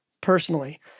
personally